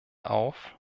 auf